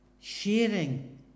sharing